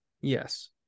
Yes